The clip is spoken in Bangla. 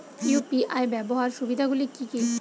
ইউ.পি.আই ব্যাবহার সুবিধাগুলি কি কি?